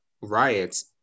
riots